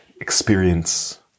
experience